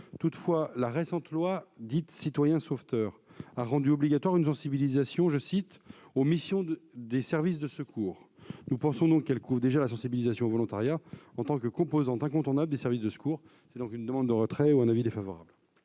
Toutefois, la récente loi dite « Citoyen sauveteur » a rendu obligatoire une sensibilisation « aux missions des services de secours ». Nous pensons qu'elle couvre déjà la sensibilisation au volontariat en tant que composante incontournable des services de secours. La commission demande donc le retrait de cet amendement